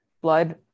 blood